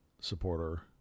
supporter